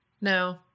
no